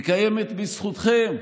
היא קיימת בזכותכם,